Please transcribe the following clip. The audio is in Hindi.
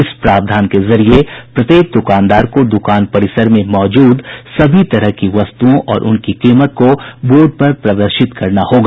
इस प्रावधान के जरिये प्रत्येक दुकानदार को दुकान परिसर में मौजूद सभी तरह की वस्तुओं और उनकी कीमत को बोर्ड पर प्रदर्शित करना होगा